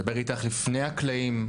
מדבר איתך לפני הקלעים,